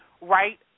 right